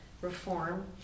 reform